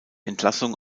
entlassung